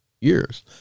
years